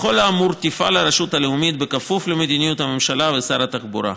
בכל האמור תפעל הרשות הלאומית בכפוף למדיניות הממשלה ושר התחבורה.